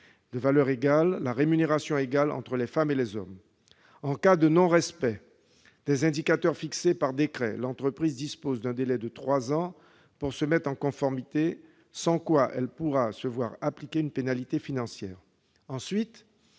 de valeur égale, la rémunération égale entre les femmes et les hommes. En cas de non-respect des indicateurs fixés par décret, les entreprises disposent d'un délai de trois ans pour se mettre en conformité, sans quoi elles pourront se voir appliquer une pénalité financière. Cet